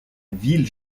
ville